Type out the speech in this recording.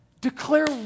Declare